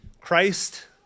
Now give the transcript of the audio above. Christ